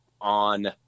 on